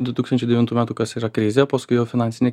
du tūkstančiai devintų metų kas yra krizė paskui jau finansinė